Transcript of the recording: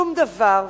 שום דבר.